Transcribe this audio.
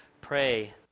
pray